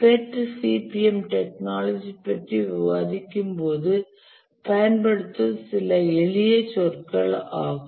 PERT CPM technology பற்றி விவாதிக்கும்போது பயன்படுத்தும் சில எளிய சொற்கள் ஆகும்